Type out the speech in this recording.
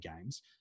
games